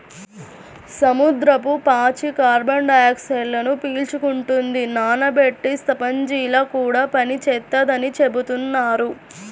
సముద్రపు పాచి కార్బన్ డయాక్సైడ్ను పీల్చుకుంటది, నానబెట్టే స్పాంజిలా కూడా పనిచేత్తదని చెబుతున్నారు